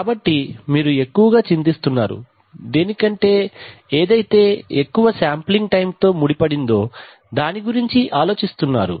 కాబట్టి మీరు ఎక్కువగా చింతిస్తున్నారు దేనికంటే ఏదైతే ఎక్కువ శాంప్లింగ్ టైం తో ముడి పడిందో దాని గురించి ఆలోచిస్తున్నారు